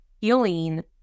healing